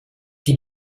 die